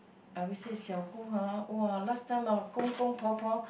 I always say xiao gong [huh] !wah! last time ah gong gong po po